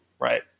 right